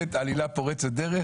לקטלג.